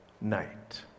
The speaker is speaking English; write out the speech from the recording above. night